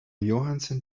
johansen